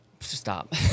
Stop